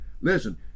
listen